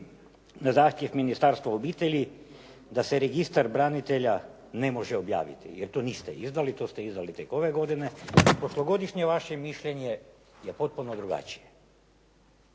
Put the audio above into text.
na zahtjev Ministarstva obitelji da se Registar branitelja ne može objaviti, jer to niste izdali, to ste izdali tek ove godine. prošlogodišnje vaše mišljenje je potpuno drugačije.